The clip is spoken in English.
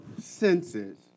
senses